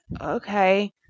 okay